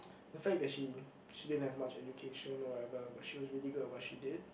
the fact that she she didn't have much education or whatever but she was really good at what she did